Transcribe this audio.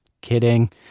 Kidding